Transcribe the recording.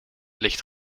licht